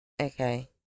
Okay